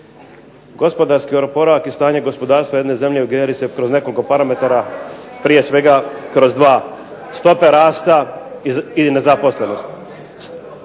Gospodarski oporavak i stanje gospodarstva u jednoj zemlji ... se kroz nekoliko parametara prije svega kroz dva. Stope rasta i nezaposlenosti.